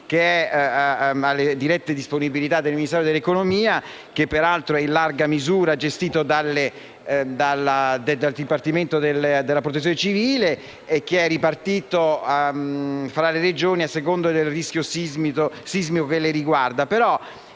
che è nelle dirette disponibilità del Ministero dell'economia e delle finanze, che peraltro è in larga misura gestito dal Dipartimento della protezione civile e che è ripartito tra le Regioni a seconda del rischio sismico che le riguarda.